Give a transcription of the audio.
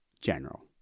General